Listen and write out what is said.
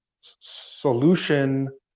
solution